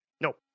No